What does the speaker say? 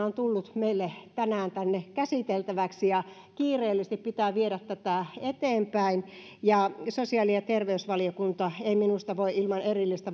on tullut meille tänään tänne käsiteltäväksi ja kiireellisesti pitää viedä tätä eteenpäin ja kun sosiaali ja terveysvaliokunta ei minusta voi ilman erillistä